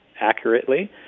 accurately